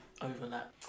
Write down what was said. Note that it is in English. overlap